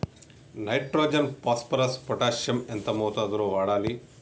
Nitrogen phosphorus potassium ఎంత మోతాదు లో వాడాలి?